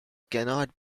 cannot